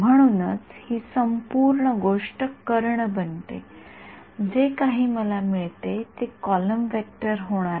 म्हणूनच ही संपूर्ण गोष्ट कर्ण बनते जे काही मला मिळते ते कॉलम वेक्टर होणार आहे मला ते कर्ण मॅट्रिक्स स्वरूपात ठेवणे आवश्यक आहे